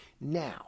now